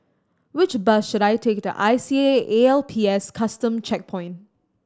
which bus should I take to I C A A L P S Custom Checkpoint